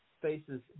faces